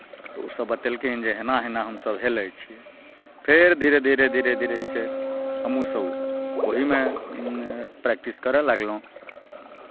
तऽ ओसभ बतैलखिन जे एना एना हमसभ हेलै छियै फेर धीरे धीरे धीरे धीरे जे छै हमहूँसभ ओहीमे प्रैक्टिस करय लागलहुँ